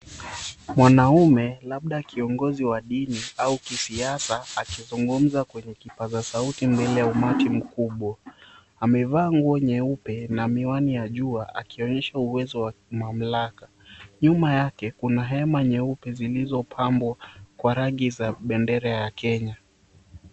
Mwanamme, labda kiongozi wa dini au kisiasa, akizungumza kwenye kipaza sauti mbele ya umati mkubwa. Amevaa nguo nyeupe na miwani ya jua, akionyesha uwezo wa kimamlaka. Nyuma yake, kuna hema nyeupe zilizopambwa kwa rangi za bendera ya Kenya.